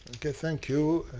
ok. thank you.